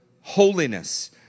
holiness